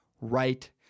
right